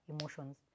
emotions